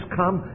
come